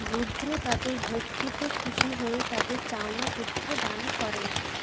রুদ্র তাদের ভক্তিতে খুশি হয়ে তাদের চাওয়া পুত্র দান করেন